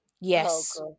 Yes